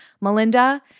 Melinda